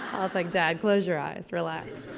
i was like dad close your eyes, relax.